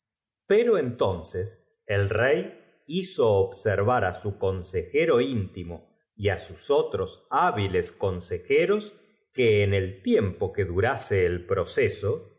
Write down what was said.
pero entonces el rey hizo observar á entonces el rey se levantó furioso y su consejero intimo y á sus otros hábiles exclamó con voz terrible consejeros que en el tiempo que durase señora subiotondenta qué significa el proceso